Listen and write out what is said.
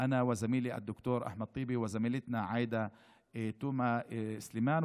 אני ועמיתי ד"ר אחמד טיבי והעמיתה שלנו עאידה תומא סלימאן,